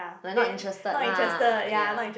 like not interested lah ya